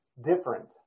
different